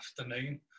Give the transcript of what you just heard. afternoon